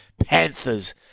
Panthers